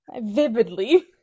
vividly